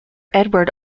edwards